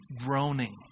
groaning